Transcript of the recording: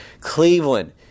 Cleveland